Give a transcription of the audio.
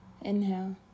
Inhale